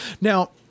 Now